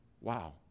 Wow